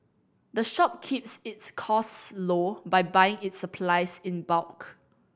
the shop keeps its costs low by buying its supplies in bulk